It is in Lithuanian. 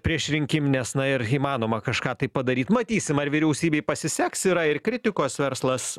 priešrinkiminės na ir įmanoma kažką tai padaryt matysim ar vyriausybei pasiseks yra ir kritikos verslas